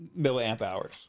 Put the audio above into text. milliamp-hours